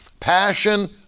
Passion